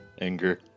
anger